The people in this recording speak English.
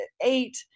eight